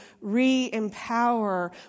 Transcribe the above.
re-empower